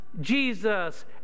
Jesus